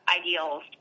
ideals